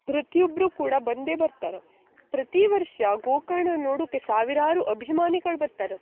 ಪ್ರತಿಯೊಬ್ಬರೂ ಕೂಡ ಬಂದೇ ಬರ್ತಾರೆ ಪ್ರತಿ ವರ್ಷ ಗೋಕರ್ಣ ನೋಡುಕ್ಕೆ ಸಾವಿರಾರು ಅಭಿಮಾನಿಗಳು ಬರ್ತಾರ